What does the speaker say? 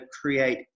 create